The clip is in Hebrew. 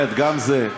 גם זה,